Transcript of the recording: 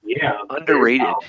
underrated